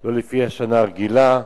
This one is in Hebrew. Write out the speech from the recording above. לא לפי השנה הרגילה,